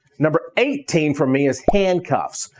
number eighteen for me is handcuffs,